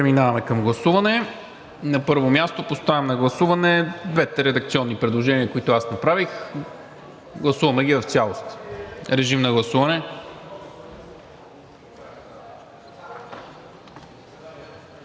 Преминаваме към гласуване. На първо място поставям на гласуване двете редакционни предложения, които аз направих. Гласуваме ги в цялост. Гласували